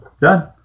Done